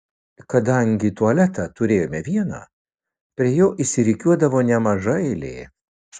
kadangi tualetą turėjome vieną prie jo išsirikiuodavo nemaža eilė